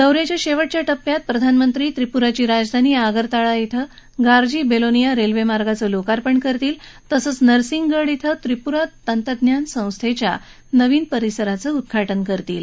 दौ याच्या शेवटच्या टप्प्यात प्रधानमंत्री त्रिपुराची राजधानी आगरताळा क्वें गारजी बेलोनिया रेल्वे मार्गाचं लोकार्पण करतील तसंच नरसिंहगढ क्वें त्रिपुरा तंत्रज्ञान संस्थेच्या नवीन परिसराचं उद्घाटन करतील